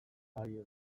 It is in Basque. ari